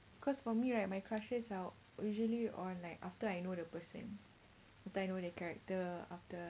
cause for me right my crushes are usually on like after I know the person after I know their character after